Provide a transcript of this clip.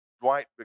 Dwight